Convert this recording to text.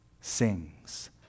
sings